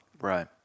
Right